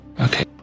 Okay